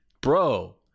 Bro